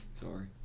Sorry